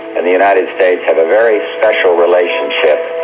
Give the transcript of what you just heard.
and the united states have a very special relationship,